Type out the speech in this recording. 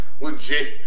legit